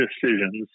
decisions